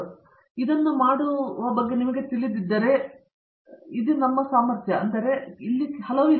ಇಲ್ಲಿ ಇದನ್ನು ಮಾಡುವ ನಿಮಗೆ ತಿಳಿದಿರುವ ಮುಂದಿನ ಸಾಮರ್ಥ್ಯವೆಂದರೆ ಯಾವುದು